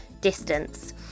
distance